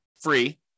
Free